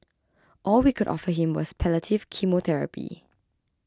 all we could offer him was palliative chemotherapy